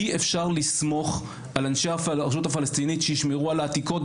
אי אפשר לסמוך על אנשי הרשות הפלסטינית שישמרו על העתיקות.